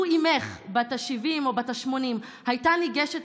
לו אימך בת ה-70 או בת ה-80 הייתה ניגשת